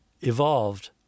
evolved